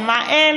על מה אין,